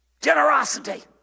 generosity